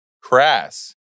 crass